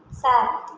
सात